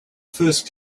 first